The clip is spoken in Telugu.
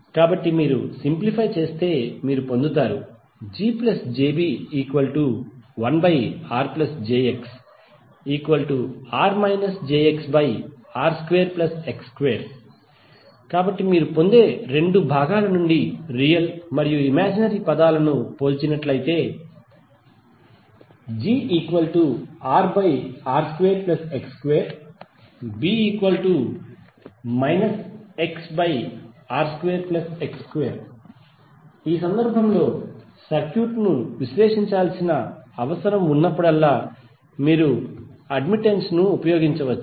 కాబట్టి మీరు సింప్లిఫై చేస్తే పొందుతారు GjB1RjXR jXR2X2 మీరు పొందే రెండు భాగాల నుండి రియల్ మరియు ఇమాజినరీ పదాలను పోల్చినట్లయితే GRR2X2B XR2X2 ఈ సందర్భంలో సర్క్యూట్ ను విశ్లేషించాల్సిన అవసరం ఉన్నప్పుడల్లా మీరు ఈ అడ్మిటెన్స్ ఉపయోగించవచ్చు